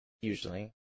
Usually